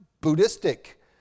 Buddhistic